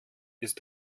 ist